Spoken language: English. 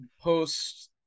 post